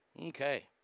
Okay